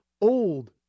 old